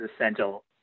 essential